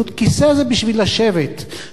שולחן זה בשביל לאכול עליו,